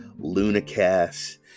Lunacast